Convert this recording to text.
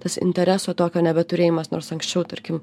tas intereso tokio nebeturėjimas nors anksčiau tarkim